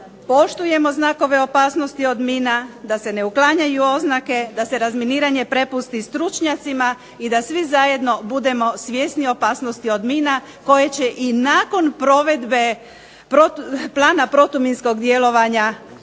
poštujemo znakove opasnosti od mina, da se ne uklanjaju oznake, da se razminiranje prepusti stručnjacima i da svi zajedno budemo svjesni opasnosti od mina koje će i nakon provedbe plana protuminskog djelovanja zadržati